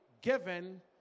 given